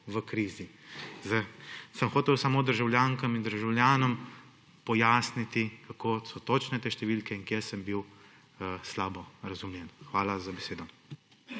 v krizi. Sem hotel samo državljankam in državljanom pojasniti, kako so točne te številke in kje sem bil slabo razumljen. Hvala za besedo.